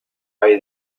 hay